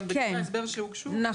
גם בבקשות ההסבר שהוגשו פורט,